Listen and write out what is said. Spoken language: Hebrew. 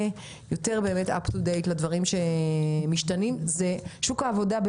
יותר מעודכן לדברים שמשתנים בשוק העבודה.